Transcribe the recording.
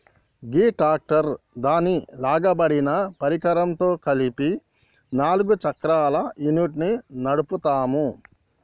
గీ tractor దాని లాగబడిన పరికరంతో కలిపి నాలుగు చక్రాల యూనిట్ను నడుపుతాము